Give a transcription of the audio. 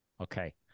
Okay